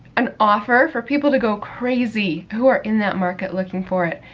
an offer for people to go crazy who are in that market looking for it.